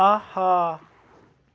آہا